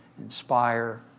inspire